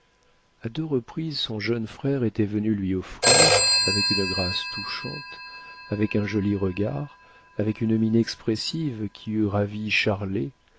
a deux reprises son jeune frère était venu lui offrir avec une grâce touchante avec un joli regard avec une mine expressive qui eût ravi charlet